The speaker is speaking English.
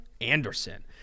Anderson